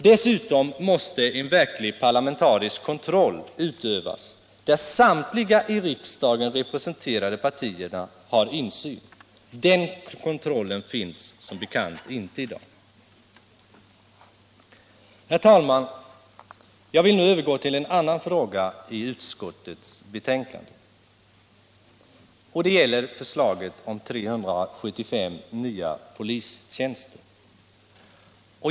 Dessutom måste en verklig parlamentarisk kontroll utövas, där samtliga i riksdagen representerade partier har insyn. Den kontrollen finns som bekant inte i dag. Herr talman! Jag vill nu övergå till en annan fråga i utskottsbetänkandet. Det gäller förslaget om 375 nya polistjänster.